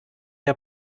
der